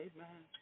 Amen